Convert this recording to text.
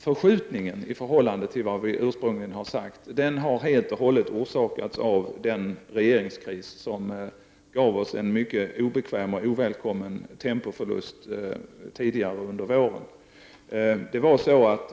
Förskjutningen, i förhållande till vad vi ursprungligen har sagt, har helt och hållet orsakats av den regeringskris som gav oss en mycket obekväm och ovälkommen tempoförlust tidigare under våren.